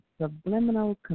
subliminal